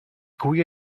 cui